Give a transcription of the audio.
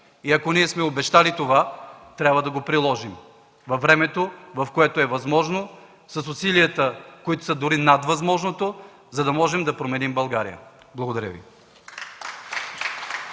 И ако ние сме обещали това, трябва да го приложим във времето, в което е възможно, с усилията, които са дори над възможното, за да можем да променим България. Благодаря Ви.